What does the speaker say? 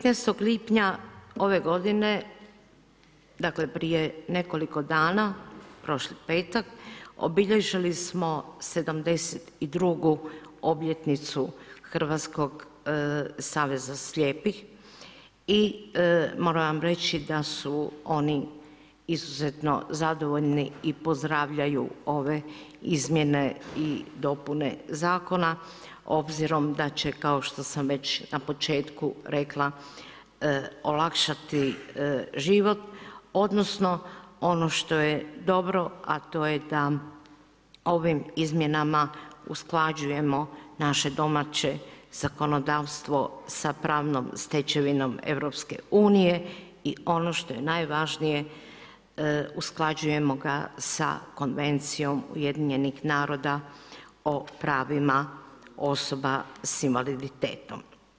15. lipnja ove godine, dakle prije nekoliko dana, prošli petak, obilježili smo 72. obljetnicu Hrvatskog saveza slijepih i moram vam reći da su oni izuzetno zadovoljni i pozdravljaju ove izmjene i dopune zakona, obzirom da će, kao što sam već na početku rekla olakšati život, odnosno ono što je dobro, a to je da ovim izmjenama usklađujemo naše domaće zakonodavstvo sa pravnom stečevinom EU i ono što je najvažnije usklađujemo ga sa konvencijom Ujedinjenih naroda o pravima osoba s invaliditetom.